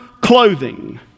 clothing